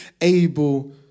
able